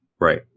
right